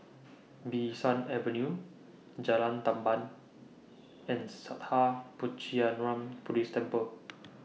Bee San Avenue Jalan Tamban and Sattha Puchaniyaram Buddhist Temple